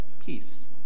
peace